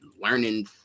learning